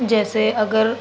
جیسے اگر